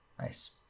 Nice